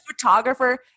photographer